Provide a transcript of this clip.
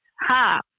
ha